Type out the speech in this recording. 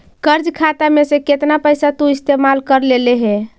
कर्ज खाता में से केतना पैसा तु इस्तेमाल कर लेले हे